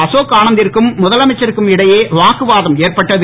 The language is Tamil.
அசோக் ஆனந்திற்கும் முதலமைச்சிற்கும் இடையே வாக்குவாதம் ஏற்பட்டது